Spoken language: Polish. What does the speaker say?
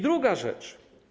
Druga rzecz.